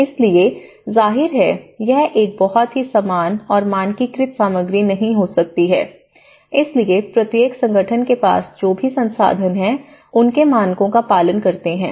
इसलिए जाहिर है यह एक बहुत ही समान और मानकीकृत सामग्री नहीं हो सकती है इसलिए प्रत्येक संगठन के पास जो भी संसाधन है उनके मानकों का पालन करते हैं